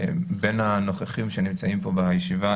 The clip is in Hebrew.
הנוכחים שנמצאים פה בישיבה,